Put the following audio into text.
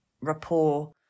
rapport